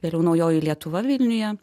vėliau naujoji lietuva vilniuje